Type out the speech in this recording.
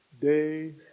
day